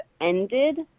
ended